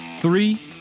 Three